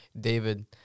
David